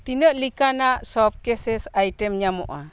ᱛᱤᱱᱟᱹᱜ ᱞᱮᱠᱟᱱᱟᱜ ᱥᱚᱯ ᱠᱮᱥᱮᱥ ᱟᱭᱴᱮᱢ ᱧᱟᱢᱚᱜᱼᱟ